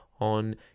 on